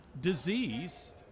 disease